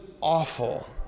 awful